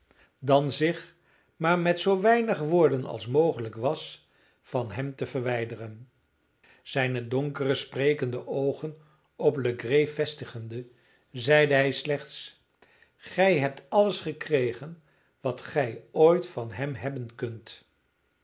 dan zich maar met zoo weinig woorden als mogelijk was van hem te verwijderen zijne donkere sprekende oogen op legree vestigende zeide hij slechts gij hebt alles gekregen wat gij ooit van hem hebben kunt